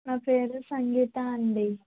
నా పేరు సంగీత అండి